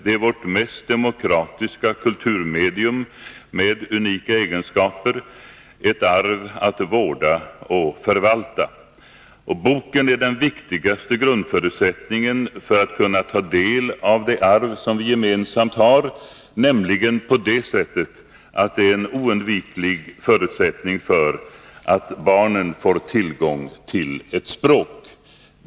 Det är vårt mest demokratiska kulturmedium, med unika egenskaper — ett arv att vårda och förvalta. Boken är den viktigaste grundförutsättningen för att vi skall kunna ta del av det arv som vi har gemensamt, nämligen på det sättet att den är en oundviklig förutsättning för att barn får tillgång till ett språk.